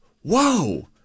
Whoa